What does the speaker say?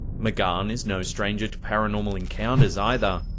magann is no stranger to paranormal encounters either.